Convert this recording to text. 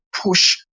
push